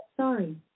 Sorry